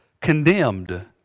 Condemned